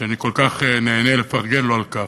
שאני כל כך נהנה לפרגן לו על כך.